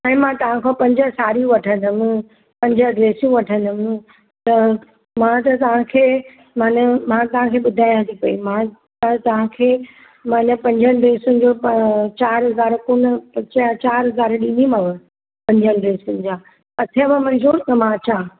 हाणे मां तव्हां खां पंज साड़ियूं वठंदमि पंज ड्रेसूं वठंदमि मां त तव्हां खे माने मां तव्हां खे ॿुधायां थी पई मां तव्हां खे माना पंजनि ड्रेसियुनि जो चार हज़ार कुलु चार हज़ार ॾींदीमांव पंजनि ड्रेसियुनि जा अथव मंज़ूर त मां अचां